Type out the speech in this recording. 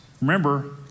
Remember